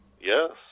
Yes